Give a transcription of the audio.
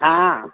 हा